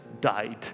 died